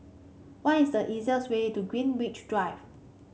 what is the easiest way to Greenwich Drive